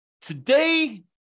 Today